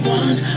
one